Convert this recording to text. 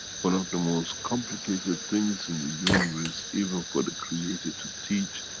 one of the most complicated things in the universe even for the creator to teach,